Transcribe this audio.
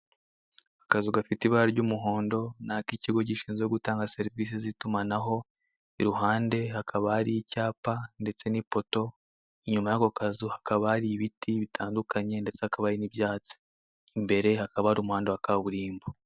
Akazu gafite ibara ry'umuhondo ni ak'icyigo gishinzwe gutanga serivise zitumanaho, iruhande hakaba hari icyapa ndetse nipoto inyuma yako kazu hakaba hari ibiti bitandukanye ndetse hakaba hari nibyatsi, imbere hakaba hari umuhanda wa kaburimbo.